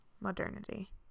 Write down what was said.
modernity